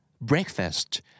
breakfast